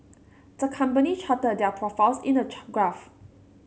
the company charted their profits in a graph